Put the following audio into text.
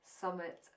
summit